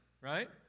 Right